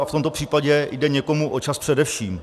A v tomto případě jde někomu o čas především.